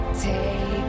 Take